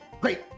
great